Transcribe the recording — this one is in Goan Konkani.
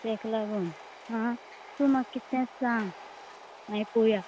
तेंका लागून हां तूं म्हाका कितें तें सांग मागीर पोवया